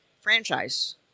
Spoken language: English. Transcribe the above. franchise